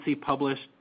published